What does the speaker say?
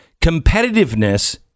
Competitiveness